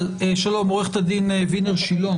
עורכת הדין וינר שילה,